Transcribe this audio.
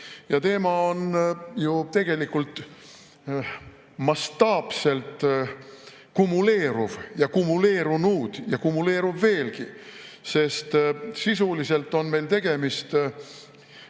Teema on ju tegelikult mastaapselt kumuleeruv ja kumuleerunud ja kumuleerub veelgi, sest sisuliselt on meil tegemist